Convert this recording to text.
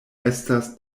estas